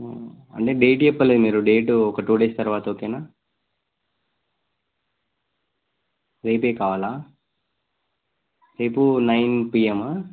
అంటే డేట్ చెప్పలేదు మీరు డేట్ ఒక టూ డేస్ తర్వాత ఓకేనా రేపే కావాలా రేపు నైన్ పిఎం ఆ